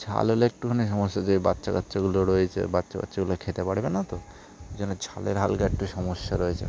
ঝাল হলে একটুখানি সমস্যা হয়ে যাবে বাচ্চা কাচ্চাগুলো রয়েছে বাচ্চা কাচ্চাগুলো খেতে পারবে না তো ওই জন্য ঝালের হালকা একটু সমস্যা রয়েছে